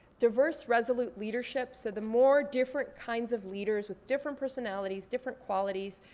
diverse resolute leadership, so the more different kinds of leaders with different personalities, different qualities,